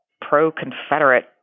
pro-Confederate